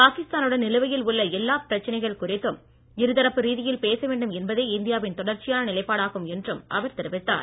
பாகிஸ்தானுடன் நிலுவையில் உள்ள எல்லாப் பிரச்சனைகள் குறித்தும் இருதரப்பு ரீதியில் பேச வேண்டும் என்பதே இந்தியாவின் தொடர்ச்சியான நிலைப்பாடாகும் என்றும் அவர் தெரிவித்தார்